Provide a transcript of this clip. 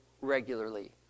regularly